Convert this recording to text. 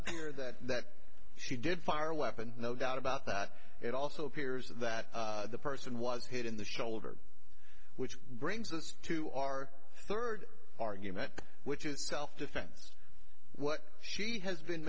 appear that she did fire a weapon no doubt about that it also appears that the person was hit in the shoulder which brings us to our third argument which is self defense what she has been